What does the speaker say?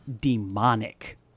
demonic